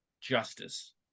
justice